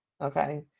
Okay